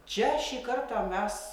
čia šį kartą mes